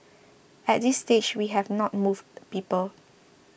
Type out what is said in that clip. at this stage we have not moved people